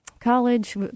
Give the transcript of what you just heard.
college